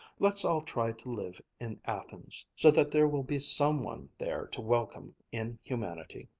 let's all try to live in athens so that there will be some one there to welcome in humanity.